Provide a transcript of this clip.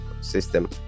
system